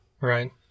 Right